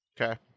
Okay